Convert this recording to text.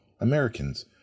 Americans